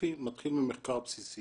סופי מתחיל ממחקר בסיסי